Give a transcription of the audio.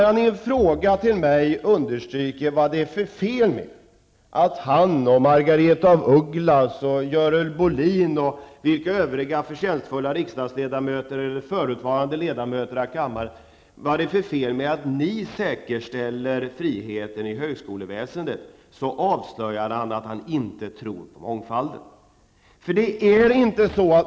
Han frågar mig nämligen vad det är för fel med att han, Margaretha af Ugglas, Görel Bohlin och andra förtjänstfulla riksdagsledamöter eller förutvarande ledamöter av kammaren säkerställer friheten i högskoleväsendet, och i och med den frågan avslöjar han att han inte tror på mångfalden.